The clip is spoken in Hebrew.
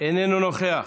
איננו נוכח,